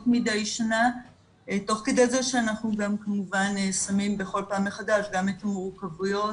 מדי שנה תוך כדי זה שאנחנו גם כמובן שמים בכל פעם מחדש גם את המורכבויות